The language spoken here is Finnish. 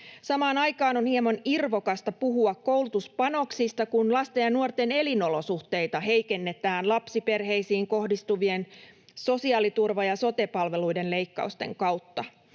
Samaan aikaan on hieman irvokasta puhua koulutuspanoksista, kun lasten ja nuorten elinolosuhteita heikennetään lapsiperheisiin kohdistuvien sosiaaliturvan ja sote-palveluiden leikkausten kautta.